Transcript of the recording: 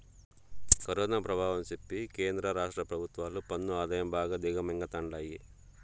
corona పెభావం సెప్పి కేంద్ర రాష్ట్ర పెభుత్వాలు పన్ను ఆదాయం బాగా దిగమింగతండాయి